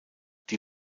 die